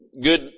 Good